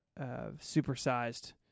supersized